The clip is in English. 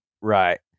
Right